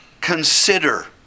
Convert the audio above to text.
Consider